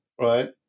right